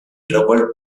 troubled